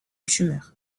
tumeur